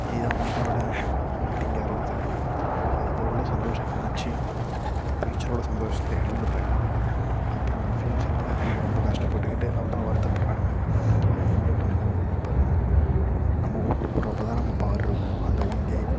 இதான் மக்களோடய மைண்டிங்காக இருக்குது அப்போது உள்ள சந்தோஷத்தை நினைச்சி ஃபியூச்சரோடய சந்தோஷத்தை இழந்துடறாங்க அப்புறம் ஃபியூச்சரில் அவங்க ரொம்ப கஷ்டப்பட்டுக்கிட்டு அப்புறம் வருத்தப்படுறாங்க ஒன்னும் பண்ணலை ஒன்னும் பண்ணலைன்னு நம்ம ஓட்டுப் போடுகிறப்ப தான் நம்ம பவர் இருக்கும் அந்த ஒன் டே